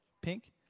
pink